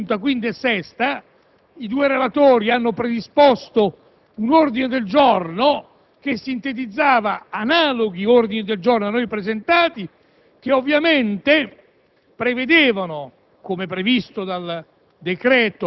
beneficio dell'Aula che nelle Commissioni riunite quinta e sesta i due relatori hanno predisposto un ordine del giorno che sintetizzava analoghi ordini del giorno da noi presentati che ovviamente